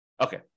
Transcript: Okay